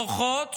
בוכות,